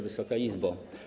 Wysoka Izbo!